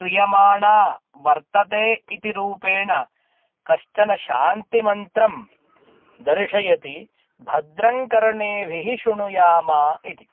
क्रियमाणा वर्तते इति रूपेण कश्चन शान्तिमन्त्रं दर्शयति भद्रं कर्णेभिः शृणुयाम इति